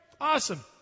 Awesome